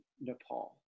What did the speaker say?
Nepal